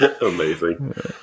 Amazing